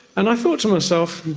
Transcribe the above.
and i thought to myself,